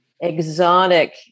exotic